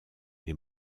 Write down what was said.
les